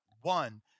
one